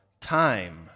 time